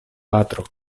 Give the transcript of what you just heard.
patro